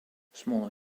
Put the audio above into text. smaller